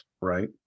right